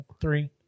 three